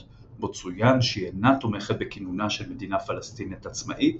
בו צוין שהיא אינה תומכת בכינונה של מדינה פלסטינית עצמאית